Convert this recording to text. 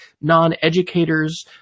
non-educators